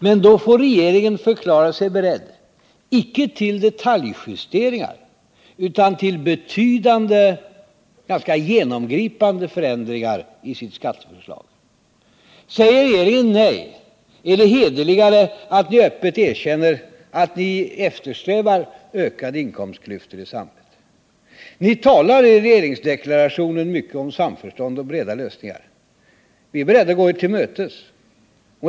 Men då får regeringen förklara sig beredd icke till detaljjusteringar utan till betydande och ganska genomgripande förändringar i sitt skatteförslag. Säger regeringen nej är det hederligare att ni öppet erkänner att ni eftersträvar ökade inkomstklyftor i samhället. Ni talar i regeringsdeklarationen mycket om samförstånd och breda lösningar. Vi är beredda att gå er till mötes.